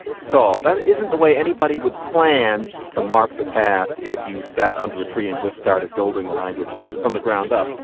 saw? that isn't the way anybody would plan to mark the past if you sat under a tree and just started building the language from the ground up.